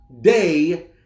day